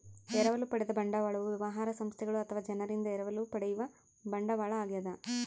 ಎರವಲು ಪಡೆದ ಬಂಡವಾಳವು ವ್ಯವಹಾರ ಸಂಸ್ಥೆಗಳು ಅಥವಾ ಜನರಿಂದ ಎರವಲು ಪಡೆಯುವ ಬಂಡವಾಳ ಆಗ್ಯದ